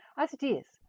as it is,